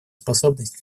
способность